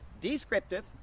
descriptive